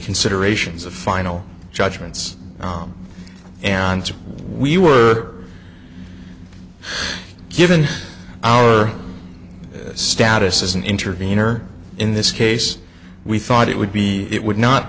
considerations of final judgments and we were given our status as an intervenor in this case we thought it would be it would not